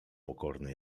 pokorny